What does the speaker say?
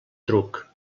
truc